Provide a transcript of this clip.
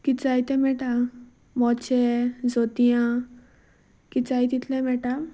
कितें जाय तें मेळटा मोचे जोतयां कितें जाय तितलें मेळटा